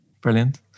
Brilliant